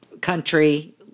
country